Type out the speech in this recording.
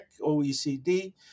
OECD